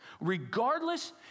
Regardless